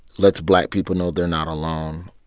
lets black people know they're not alone.